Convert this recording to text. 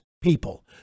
people